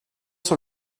sur